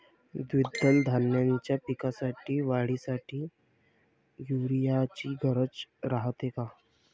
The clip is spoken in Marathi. द्विदल धान्याच्या पिकाच्या वाढीसाठी यूरिया ची गरज रायते का?